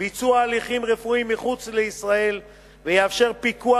ביצוע הליכים רפואיים מחוץ לישראל ויאפשר פיקוח